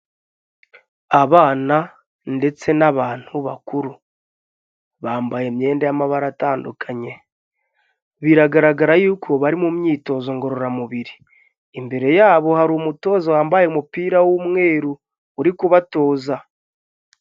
Abana ndetse n'abantu bakuru bambaye imyenda y'amabara atandukanye biragaragara yuko bari mu myitozo ngororamubiri imbere yabo hari umutoza wambaye umupira w'umweru uri kubatoza.